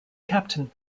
captain